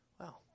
Wow